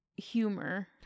humor